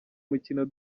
mukino